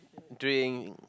drink